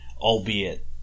albeit